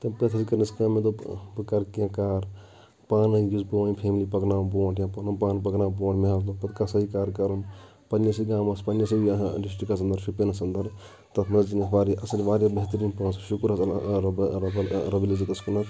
تہٕ پَتہٕ حظ کٔر کٲم مےٚ دوٚپ بہٕ کَرٕ کِینٛہہ کار پانہٕ أکِس جوٚیِنٛٹ فیملِی پکہٕ ناوان بُونٛٹھ یا پَنُن پان پکناو بُوٗنٛٹھ مےٚ حظ لوٚگ پَتہٕ کسٲے کار کَرُن پَنِسٕے گامَس پنِسٕے ڈِسٹرکَس اَنَدر شُپینَس اَنٛدَر تَتھ منٛز زیٖنۍ واریاہ اَصٕل واریاہ بہتٔرِیٖن پونٛسہٕ شُکُر اللہ رۄبہ اللہ رۄب لالعزَتَس کُن نَتھ